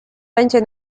będzie